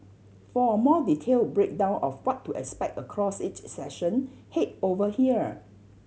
for a more detailed breakdown of what to expect across each session head over here